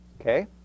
Okay